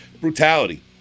brutality